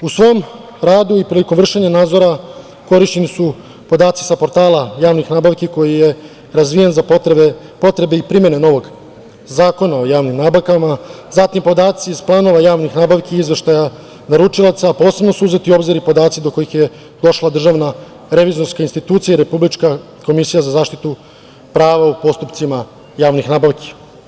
U svom radu i prilikom vršenja nadzora, korišćeni su podaci sa portala javnih nabavki koji je razvijen za potrebe i primene novog Zakona o javnim nabavkama, zatim podaci iz plana javnih nabavki i izveštaja naručilaca, posebno su uzeti u obzir podaci do kojih je došla DRI i Republička Komisija za zaštitu prava u postupcima javnih nabavki.